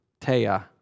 Taya